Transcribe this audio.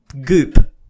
Goop